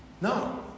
No